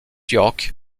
york